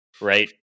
right